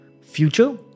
future